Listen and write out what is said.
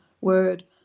word